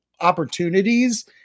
opportunities